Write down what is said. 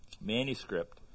manuscript